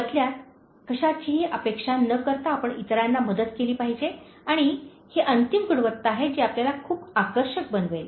बदल्यात कशाचीही अपेक्षा न करता आपण इतरांना मदत केली पाहिजे आणि ही अंतिम गुणवत्ता आहे जी आपल्याला खूप आकर्षक बनवेल